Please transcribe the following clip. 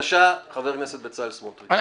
קודם כל,